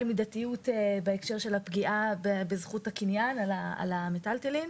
מידתיות בהקשר של הפגיעה בזכות הקניין על המטלטלין.